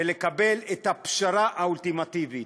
ולקבל את הפשרה האולטימטיבית,